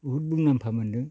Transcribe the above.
बहुद मुलाम्फा मोन्दों